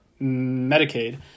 Medicaid